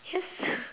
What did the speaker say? it's just